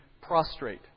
prostrate